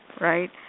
right